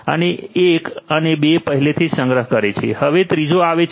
તેથી એક અને બે પહેલેથી જ સંગ્રહ કરે છે હવે ત્રીજો આવે છે